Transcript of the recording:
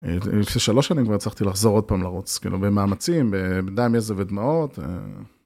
לפני שלוש שנים כבר הצלחתי לחזור עוד פעם לרוץ, כאילו במאמצים, בדם, יזע ודמעות.